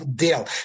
dele